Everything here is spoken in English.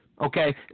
okay